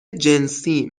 جنسی